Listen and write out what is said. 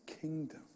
kingdom